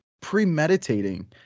premeditating